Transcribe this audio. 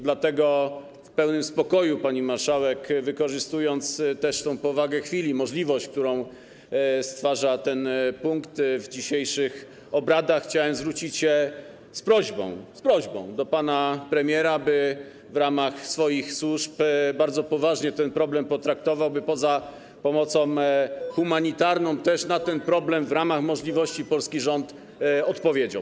Dlatego w pełnym spokoju, pani marszałek, wykorzystując też tę powagę chwili, możliwość, którą stwarza ten punkt w dzisiejszych obradach, chciałem zwrócić się z prośbą, z prośbą do pana premiera, by w ramach swoich służb bardzo poważnie ten problem potraktował, by poza niesieniem pomocy humanitarnej też na ten problem, w ramach możliwości, polski rząd odpowiedział.